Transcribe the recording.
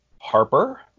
Harper